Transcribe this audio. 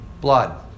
blood